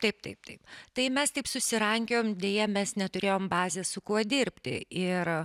taip taip taip tai mes taip susirankiojom deja mes neturėjom bazės su kuo dirbti ir